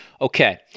Okay